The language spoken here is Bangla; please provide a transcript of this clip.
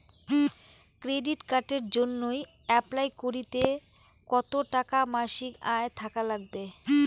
ক্রেডিট কার্ডের জইন্যে অ্যাপ্লাই করিতে কতো টাকা মাসিক আয় থাকা নাগবে?